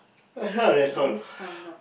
that's all